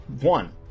One